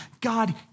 God